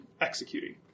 executing